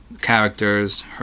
characters